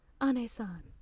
Ane-san